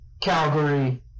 Calgary